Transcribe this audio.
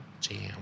jam